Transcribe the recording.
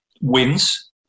wins